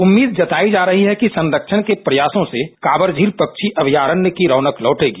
उम्मीद जतायी जा रही है कि सस्सण के प्रयासों से कांवर झील पक्षी अमयारण्य की रौनक लौटेगी